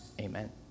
Amen